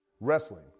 Wrestling